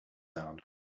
sound